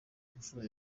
imfura